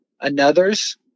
another's